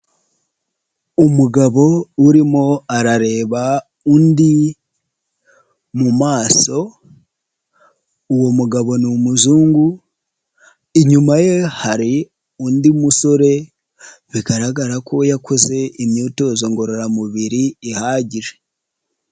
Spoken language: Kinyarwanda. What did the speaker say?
Umugabo urimo arareba undi mu maso, uwo mugabo ni umuzungu, inyuma ye hari undi musore bigaragara ko yakoze imyitozo ngororamubiri ihagije.